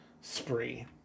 spree